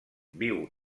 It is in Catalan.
viu